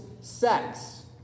sex